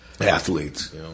Athletes